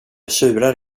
tjurar